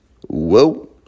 Whoa